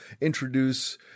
introduce